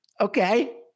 Okay